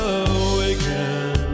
awaken